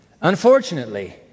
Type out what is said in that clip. Unfortunately